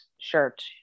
shirt